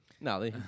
No